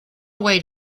away